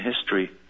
history